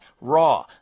raw